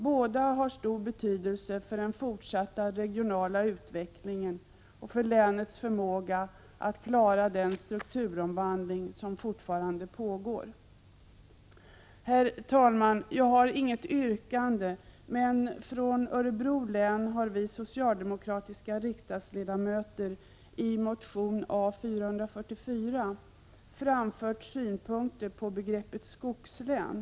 Båda dessa områden har stor betydelse för den fortsatta regionala utvecklingen och för länets förmåga att klara den strukturomvandling som fortfarande pågår. Herr talman! Jag har inget yrkande, men från Örebro län har vi socialdemokratiska riksdagsledamöter i motion A444 framfört synpunkter på begreppet skogslän.